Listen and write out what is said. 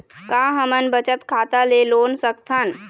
का हमन बचत खाता ले लोन सकथन?